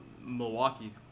Milwaukee